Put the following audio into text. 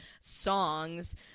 songs